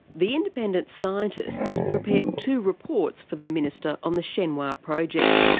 the independent scientists prepared two reports for the minister on the shenhua project,